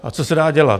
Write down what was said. A co se dá dělat?